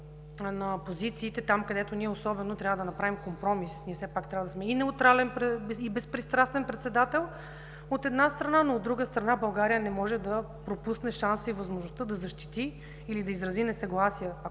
на позициите, там, където ние трябва да направим компромис. Все пак ние трябва да сме неутрален и безпристрастен председател, от една страна, но от друга страна, България не може да пропусне шанса и възможността да защити или да изрази несъгласие,